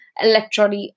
electronic